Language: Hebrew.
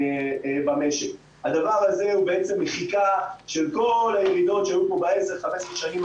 האצת המשק גם מדברת להתחיל להיערך טיפה ליום שאחרי